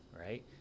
right